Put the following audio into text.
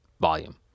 volume